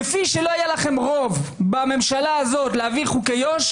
כפי שלא היה לכם רוב בממשלה הזאת להביא את חוקי יו"ש,